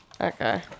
Okay